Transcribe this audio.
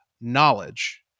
knowledge